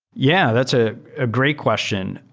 yeah. that's a ah great question.